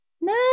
No